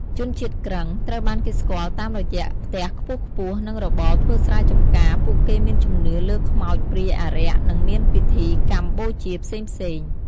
ជនជាតិគ្រឹង ត្រូវបានគេស្គាល់តាមរយៈផ្ទះខ្ពស់ៗ និងរបរធ្វើស្រែចម្ការ ពួកគេមានជំនឿលើខ្មោចព្រាយអារក្ស និងមានពិធីកម្មបូជាផ្សេងៗ។